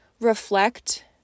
reflect